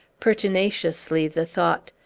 pertinaciously the thought,